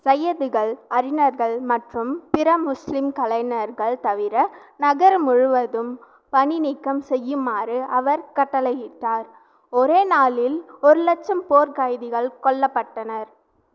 சையிதுகள் அறிஞர்கள் மற்றும் பிற முஸ்லீம் கலைஞர்களைத் தவிர நகரம் முழுவதையும் பணிநீக்கம் செய்யுமாறு அவர் கட்டளையிட்டார் ஒரே நாளில் ஒரு லச்சம் போர்க் கைதிகள் கொல்லப்பட்டனர்